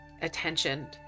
attention